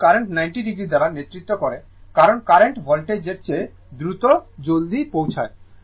এবং কারেন্ট 90 দ্বারা নেতৃত্ব করে কারণ কারেন্ট ভোল্টেজের চেয়ে দ্রুত জলদি পৌঁছায়